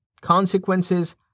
Consequences